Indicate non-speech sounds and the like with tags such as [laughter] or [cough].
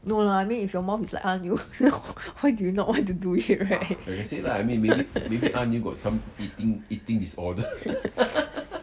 no lah mean if your mouth is like 阿牛 [noise] why do you not want to do it right [laughs]